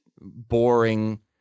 boring